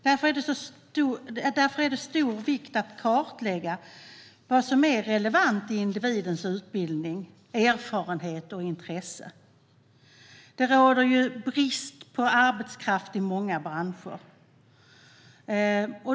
Därför är det av stor vikt att kartlägga vad som är relevant i individens utbildning, erfarenhet och intressen. Det råder brist på arbetskraft i många branscher.